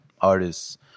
artists